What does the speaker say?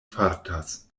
fartas